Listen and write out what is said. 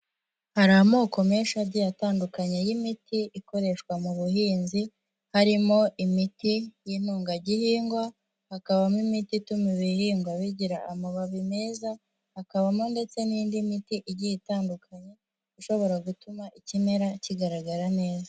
Hari amoko menshi agiye atandukanye y'imiti ikoreshwa mu buhinzi, harimo imiti y'intungagihingwa, hakabamo imiti ituma ibihingwa bigira amababi meza, hakabamo ndetse n'indi miti igiye itandukanye, ishobora gutuma ikimera kigaragara neza.